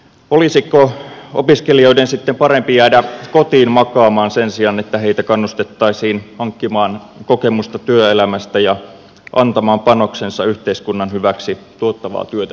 olisiko opiskelijoiden sitten parempi jäädä kotiin makaamaan sen sijaan että heitä kannustettaisiin hankkimaan kokemusta työelämästä ja antamaan panoksensa yhteiskunnan hyväksi tuottavaa työtä tekemällä